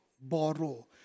borrow